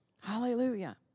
Hallelujah